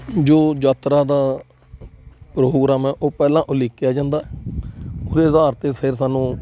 ਜੋ ਯਾਤਰਾ ਦਾ ਪ੍ਰੋਗਰਾਮ ਹੈ ਉਹ ਪਹਿਲਾਂ ਉਲੀਕਿਆ ਜਾਂਦਾ ਉਹਦੇ ਅਧਾਰ 'ਤੇ ਫਿਰ ਸਾਨੂੰ